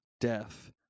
death